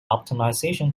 optimization